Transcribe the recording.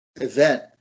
event